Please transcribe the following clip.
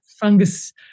fungus